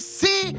see